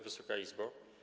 Wysoka Izbo!